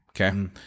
Okay